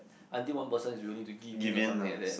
until one person is willing to give in or something like that